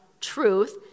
truth